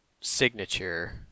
signature